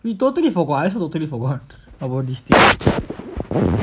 we totally forgot I also totally forgot about this thing